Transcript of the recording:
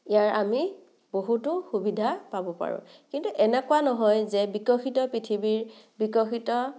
ইয়াৰ আমি বহুতো সুবিধা পাব পাৰোঁ কিন্তু এনেকুৱা নহয় যে বিকশিত পৃথিৱীৰ বিকশিত